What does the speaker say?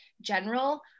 general